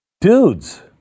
dudes